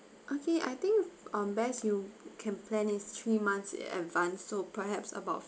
okay I think um best you can plan this three months in advance so perhaps about